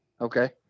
Okay